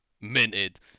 minted